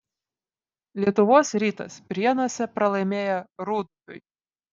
lietuvos rytas prienuose pralaimėjo rūdupiui